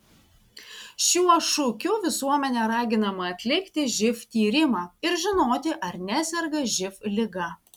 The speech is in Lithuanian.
šiuo šūkiu visuomenė raginama atlikti živ tyrimą ir žinoti ar neserga živ liga